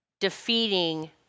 defeating